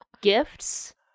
gifts